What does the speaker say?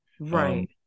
right